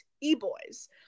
e-boys